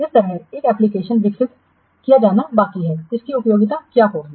इसी तरह एक एप्लिकेशन विकसित किया जाना बाकी है इसकी उपयोगिता क्या होगी